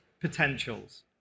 potentials